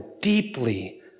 deeply